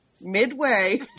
Midway